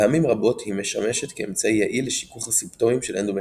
פעמים רבות היא משמת כאמצעי יעיל לשיכוך הסימפטומים של אנדומטריוזיס.